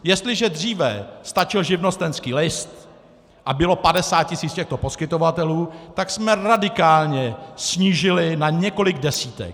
Jestliže dříve stačil živnostenský list a bylo padesát tisíc těchto poskytovatelů, tak jsme je radikálně snížili na několik desítek.